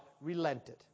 relented